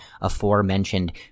aforementioned